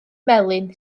melyn